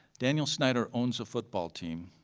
daniel snyder owns a football team.